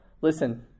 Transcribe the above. Listen